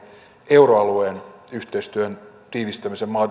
euroalueen yhteistyön tiivistämisen